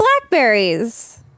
blackberries